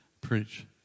preach